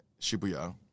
Shibuya